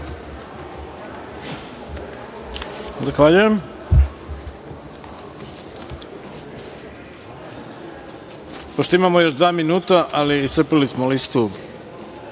Zahvaljujem. Pošto imamo još dva minuta, ali iscrpeli smo listu